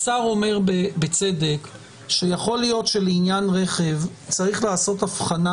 השר אומר בצדק שיכול להיות שלעניין הרכב צריך לעשות הבחנה